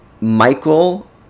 michael